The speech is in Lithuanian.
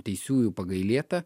teisiųjų pagailėta